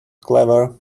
clever